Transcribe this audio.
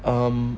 um